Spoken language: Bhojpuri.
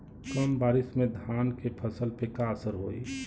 कम बारिश में धान के फसल पे का असर होई?